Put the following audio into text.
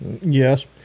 Yes